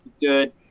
Good